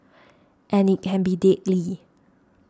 and it can be deadly